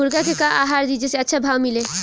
मुर्गा के का आहार दी जे से अच्छा भाव मिले?